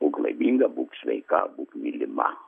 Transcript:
būk laiminga būk sveika būk mylima